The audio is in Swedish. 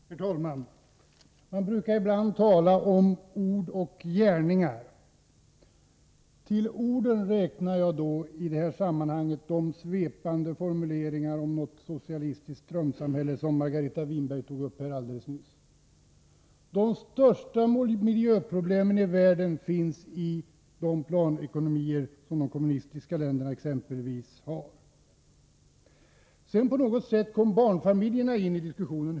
Herr talman! Man brukar ibland tala om ord och gärningar. Till orden räknar jag i detta sammanhang de svepande formuleringar om något socialistiskt drömsamhälle som Margareta Winberg använde sig av här alldeles nyss. De största miljöproblemen i världen finns i de planekonomier som de kommunistiska länderna har. På något sätt kom sedan barnfamiljerna in i diskussionen.